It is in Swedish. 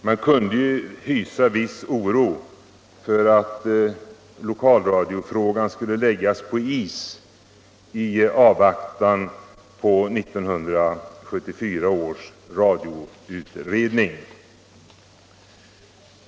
Man kunde ju hysa viss oro för att lokalradiofrågan skulle läggas på is i avvaktan på 1974 års radioutredning.